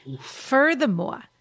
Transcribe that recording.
Furthermore